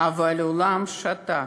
אבל העולם שתק.